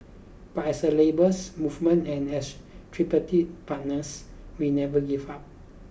but as a labours movement and as tripartite partners we never give up